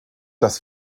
das